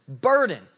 Burden